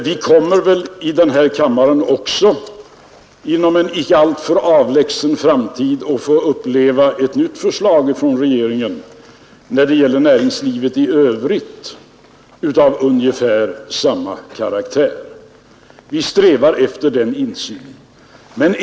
Vi kommer väl i denna kammare inom en inte alltför avlägsen framtid att också få uppleva ett nytt förslag från regeringen av ungefär samma karaktär när det gäller näringslivet i övrigt. Vi strävar efter den insynen.